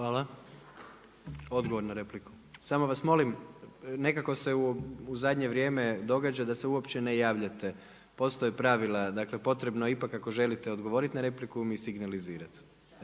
(HDZ)** Odgovor na repliku. Samo vas molim, nekako se u zadnje vrijeme da se uopće ne javljate. Postoje pravila, dakle, potrebno je ipak, ako želite odgovoriti na repliku mi signalizirati.